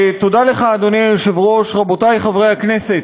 אדוני היושב-ראש, תודה לך, רבותי חברי הכנסת,